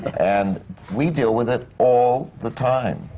and we deal with it all the time.